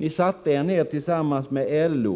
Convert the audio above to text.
Ni satte er ned tillsammans med LO